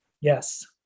Yes